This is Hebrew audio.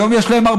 היום יש ל-14%,